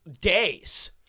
days